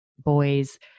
boys